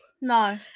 no